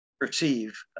perceive